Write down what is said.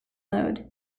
load